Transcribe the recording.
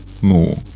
more